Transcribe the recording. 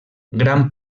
gran